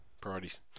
Priorities